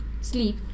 sleep